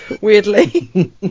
weirdly